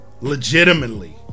Legitimately